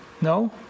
no